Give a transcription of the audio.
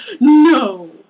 no